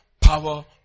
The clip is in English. power